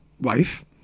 wife